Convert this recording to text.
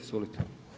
Izvolite.